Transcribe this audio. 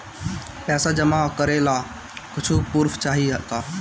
पैसा जमा करे ला कुछु पूर्फ चाहि का?